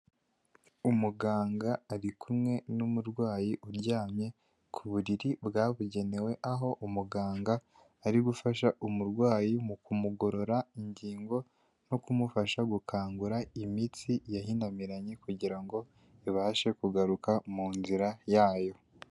Umuganga ari kumwe n'umurwayi uryamye ku buriri bwabugenewe aho umuganga ari gufasha umurwayi mu kumugorora ingingo no kumufasha gukangura imitsi yahinamiranye kugira ngo ibashe kugaruka mu nzira yayo.